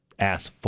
Ass